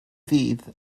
ddydd